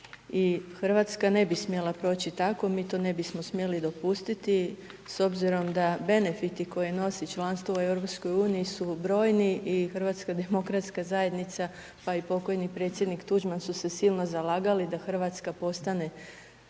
i RH ne bi smjela proći tako, mi to ne bismo smjeli dopustiti s obzirom da benefiti koje nosi članstvo u EU su brojni i HDZ, pa i pok. predsjednik Tuđman su se silno zalagali da RH postane